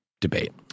debate